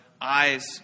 eyes